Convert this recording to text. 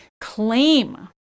claim